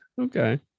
Okay